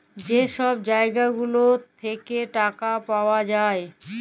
যে ছব জায়গা গুলা থ্যাইকে টাকা পাউয়া যায়